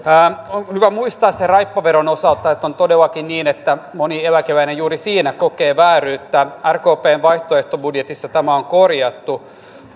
on hyvä muistaa raippaveron osalta että on todellakin niin että moni eläkeläinen juuri siinä kokee vääryyttä rkpn vaihtoehtobudjetissa tämä on korjattu